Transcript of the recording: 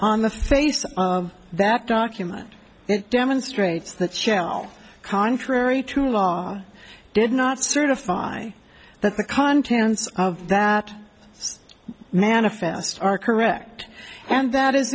on the face of that document it demonstrates that shell contrary to law did not certify that the contents of that manifest are correct and that is